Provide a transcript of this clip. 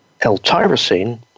L-tyrosine